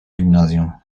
gimnazjum